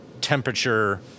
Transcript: temperature